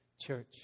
church